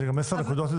זה גם 10 נקודות.